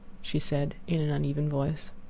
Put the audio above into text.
she said, in an uneven voice.